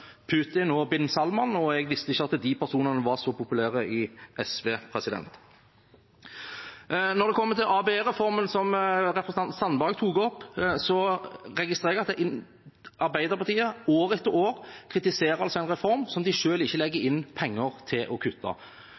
Putin og bin Salman. Jeg visste ikke at de personene var så populære i SV. Når det kommer til ABE-reformen, som representanten Sandberg tok opp, registrerer jeg at Arbeiderpartiet år etter år kritiserer en reform som de selv ikke legger inn penger til å kutte